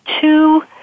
two